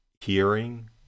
hearing